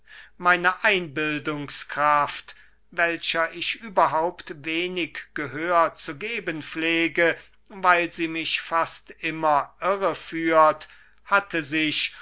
meine einbildungskraft welcher ich überhaupt wenig gehör zu geben pflege weil sie mich fast immer irre führt hatte sich